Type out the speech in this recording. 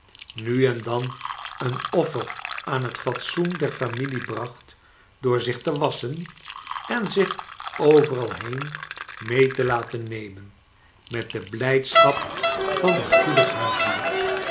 nu en dan een offer aan het fatsoen der familie bracht door zich te wasschen en zich overal heen mee te laten nemen met de blijdschap van een goedig huisdier